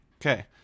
Okay